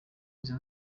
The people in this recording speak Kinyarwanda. izo